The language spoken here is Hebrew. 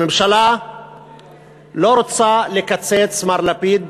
הממשלה לא רוצה לקצץ, מר לפיד